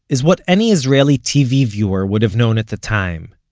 is what any israeli tv viewer would have known at the time.